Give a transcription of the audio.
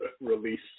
release